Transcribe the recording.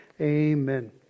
amen